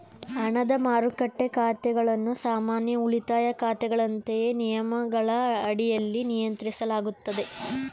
ಹಣದ ಮಾರುಕಟ್ಟೆ ಖಾತೆಗಳನ್ನು ಸಾಮಾನ್ಯ ಉಳಿತಾಯ ಖಾತೆಗಳಂತೆಯೇ ನಿಯಮಗಳ ಅಡಿಯಲ್ಲಿ ನಿಯಂತ್ರಿಸಲಾಗುತ್ತದೆ